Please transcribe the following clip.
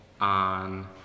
on